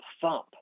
thump